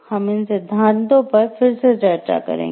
हम इन सिद्धांतों पर फिर से चर्चा करेंगे